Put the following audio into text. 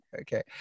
okay